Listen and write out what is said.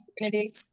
opportunity